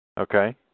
Okay